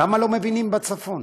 למה לא מבינים בצפון?